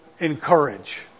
encourage